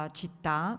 città